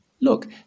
look